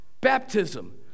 Baptism